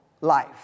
life